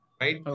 right